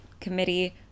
committee